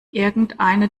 irgendeine